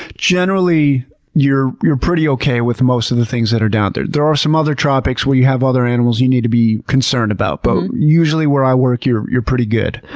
generally you're you're pretty okay with most of the things that are down there. there are some other topics where you have other animals you need to be concerned about, but usually where i work you're you're pretty good.